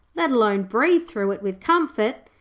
let alone breathe through it with comfort',